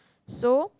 so